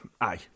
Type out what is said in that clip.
Aye